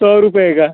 सौ रुपये का